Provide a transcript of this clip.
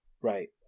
Right